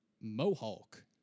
Mohawk